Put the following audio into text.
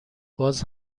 باز